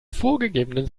vorgegebenen